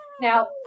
Now